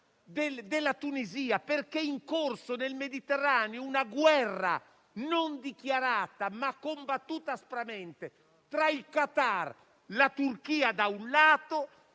della Tunisia, perché è in corso nel Mediterraneo una guerra non dichiarata, ma combattuta aspramente tra il Qatar e la Turchia, da un lato,